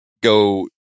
go